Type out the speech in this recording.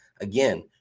Again